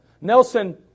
Nelson